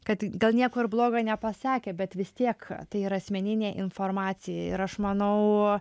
kad gal nieko ir blogo nepasakė bet vis tiek tai yra asmeninė informacija ir aš manau